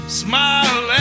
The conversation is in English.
smile